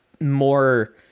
more